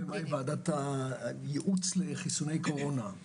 ומהי ועדת הייעוץ לחיסוני קורונה.